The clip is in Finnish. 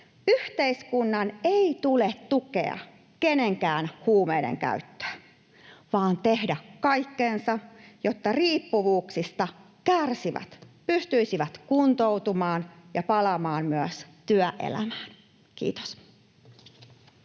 Yhteiskunnan ei tule tukea kenenkään huumeiden käyttöä vaan tehdä kaikkensa, jotta riippuvuuksista kärsivät pystyisivät kuntoutumaan ja palaamaan myös työelämään. — Kiitos.